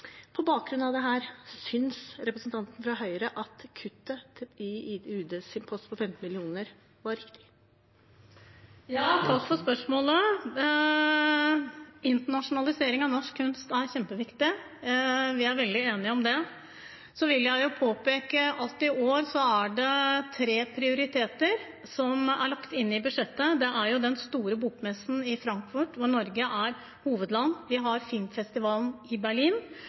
På bakgrunn av dette: Synes representanten fra Høyre at kuttet i UDs post på 15 mill. kr var riktig? Takk for spørsmålet. Internasjonalisering av norsk kunst er kjempeviktig. Vi er veldig enige om det. Så vil jeg påpeke at i år er det tre prioriteter som er lagt inn i budsjettet. Det er den store bokmessen i Frankfurt, hvor Norge er hovedland. Vi har filmfestivalen i Berlin,